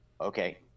okay